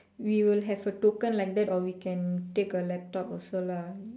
we will have a token like that or we can take a laptop also lah